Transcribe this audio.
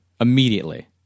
Immediately